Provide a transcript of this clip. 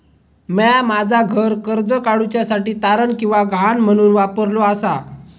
म्या माझा घर कर्ज काडुच्या साठी तारण किंवा गहाण म्हणून वापरलो आसा